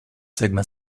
sigma